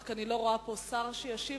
אני לא רואה פה שר שישיב.